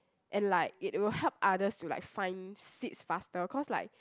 and like it will help others to like find seats faster cause like